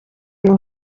ngo